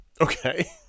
Okay